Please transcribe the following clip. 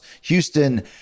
Houston